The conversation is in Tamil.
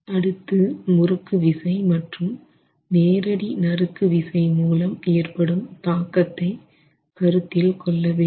அடுத்து முறுக்கு விசை மற்றும் நேரடி நறுக்கு விசை மூலம் ஏற்படும் தாக்கத்தை கருத்தில் கொள்ள வேண்டும்